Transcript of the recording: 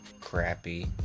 crappy